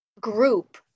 group